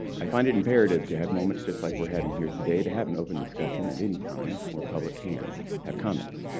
i find it imperative to have moments just like we're having here today to have an open discussion at any time, where public can have comments.